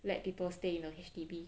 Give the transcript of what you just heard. let people stay in a H_D_B